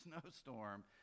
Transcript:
snowstorm